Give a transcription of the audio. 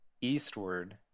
eastward